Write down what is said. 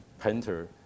painter